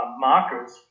markers